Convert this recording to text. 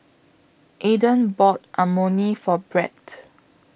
Aaden bought Imoni For Bret